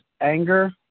anger